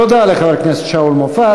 תודה לחבר הכנסת שאול מופז.